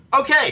Okay